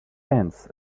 ants